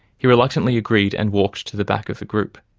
he reluctantly agreed, and walked to the back of the group.